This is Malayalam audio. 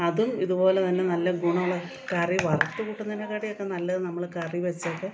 അത് ഇതുപോലെ തന്നെ നല്ല ഗുണമുള്ള കറി വറുത്തു കൂട്ടുന്നതിനേക്കാട്ടിലുമൊക്കെ നല്ലത് നമ്മൾ കറി വെച്ചൊക്കെ